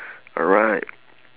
alright